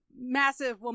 massive